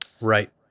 Right